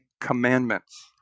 commandments